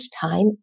time